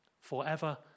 forever